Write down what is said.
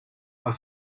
are